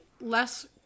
less